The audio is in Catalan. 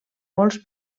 molts